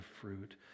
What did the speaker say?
fruit